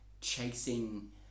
chasing